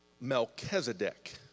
Melchizedek